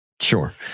Sure